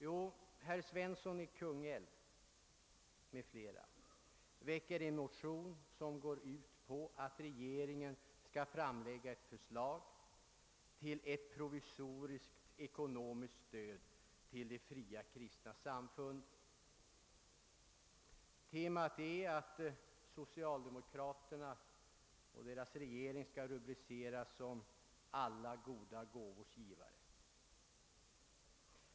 Jo, herr Svensson i Kungälv m.fl. väcker en motion som går ut på att regeringen skall framlägga förslag om ett provisoriskt ekonomiskt stöd till de fria kristna samfunden. Temat är att socialdemokraterna och deras regering skall rubriceras som alla goda gåvors givare.